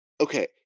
Okay